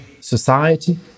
society